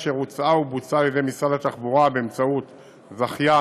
אשר הוצעה ובוצעה על ידי משרד התחבורה באמצעות זכיין,